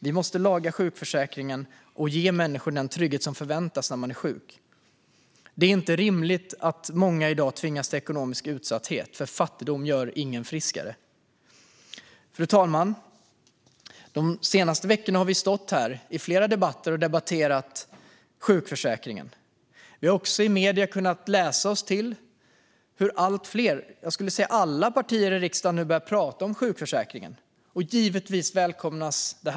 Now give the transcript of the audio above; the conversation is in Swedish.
Vi måste laga sjukförsäkringen och ge människor den trygghet som förväntas när man är sjuk. Det är inte rimligt att många i dag tvingas till ekonomisk utsatthet, för fattigdom gör ingen friskare. Fru talman! De senaste veckorna har vi stått här i flera debatter och debatterat sjukförsäkringen. Vi har också i medierna kunnat läsa oss till hur man från allt fler partier i riksdagen, jag skulle vilja säga alla partier, börjar prata om sjukförsäkringen. Givetvis välkomnar vi det.